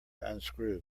unscrew